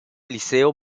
liceo